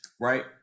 right